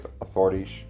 authorities